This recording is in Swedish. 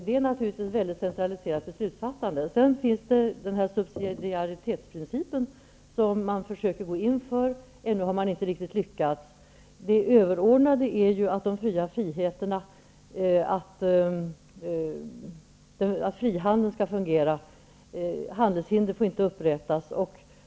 Det är naturligtvis ett väldigt centraliserat beslutsfattande. Det är riktigt att man försöker gå in för subsidiaritetsprincipen, men man har ännu inte helt lyckats. Det överordnade är att frihandeln skall fungera och att handelshinder inte får upprättas.